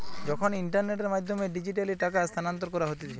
যখন ইন্টারনেটের মাধ্যমে ডিজিটালি টাকা স্থানান্তর করা হতিছে